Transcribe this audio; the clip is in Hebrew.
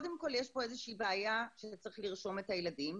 יש פה קודם כול בעיה שצריך לרשום את הילדים.